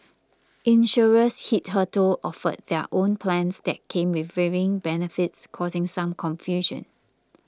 insurers hitherto offered their own plans that came with varying benefits causing some confusion